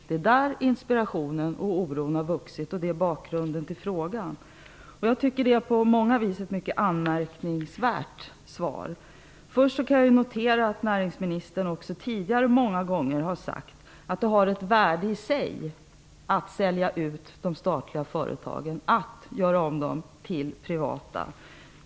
Det är där inspirationen och oron har vuxit, och det är bakgrunden till frågan. Det är ett på många vis anmärkningsvärt svar. Först kan jag notera att näringsministern många gånger tidigare har sagt att det har ett värde i sig att sälja ut de statliga företagen och göra om dem till privata.